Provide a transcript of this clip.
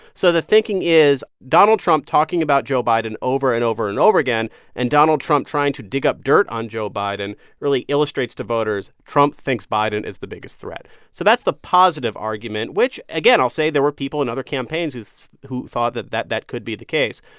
so the thinking is donald trump talking about joe biden over and over and over again and donald trump trying to dig up dirt on joe biden really illustrates to voters trump thinks biden is the biggest threat so that's the positive argument, which, again, i'll say there were people in other campaigns who thought that that that could be the case.